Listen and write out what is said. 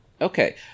okay